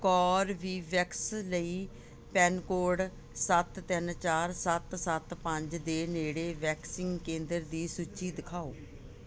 Corbevax ਲਈ pin code ਸੱਤ ਤਿੰਨ ਚਾਰ ਸੱਤ ਸੱਤ ਪੰਜ ਦੇ ਨੇੜੇ ਵੈਕਸੀਨ ਕੇਂਦਰ ਦੀ ਸੂਚੀ ਦਿਖਾਓ